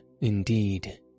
indeed